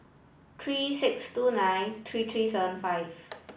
three six two nine three three seven five